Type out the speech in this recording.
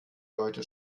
leute